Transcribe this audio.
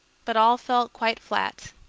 but all fell quite flat.